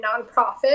nonprofit